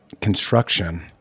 construction